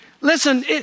Listen